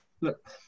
look